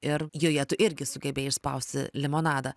ir joje tu irgi sugebėjai išspausti limonadą